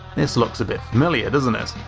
this looks a bit familiar, doesn't it?